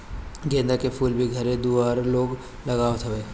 गेंदा के फूल भी घरे दुआरे लोग लगावत हवे